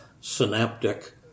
synaptic